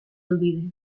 olvide